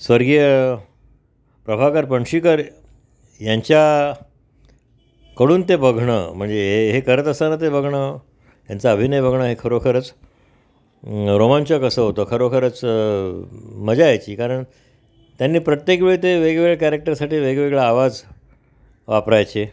स्वर्गीय प्रभाकर पणशीकर यांच्या कडून ते बघणं म्हणजे हे करत असताना ते बघणं ह्यांचा अभिनय बघणं हे खरोखरच रोमांचक असं होतं खरोखरच मजा यायची कारण त्यांनी प्रत्येक वेळी ते वेगवेगळ्या कॅरेक्टरसाठी वेगवेगळा आवाज वापरायचे